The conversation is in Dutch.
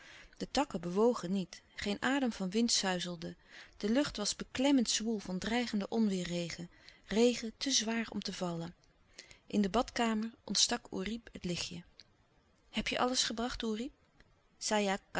de takken bewogen niet geen adem van wind suizelde de lucht was beklemmend zwoel van dreigenden onweêrregen regen te zwaar om te vallen in de badkamer ontstak oerip het lichtje heb je alles gebracht oerip saja